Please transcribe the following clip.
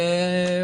חשוב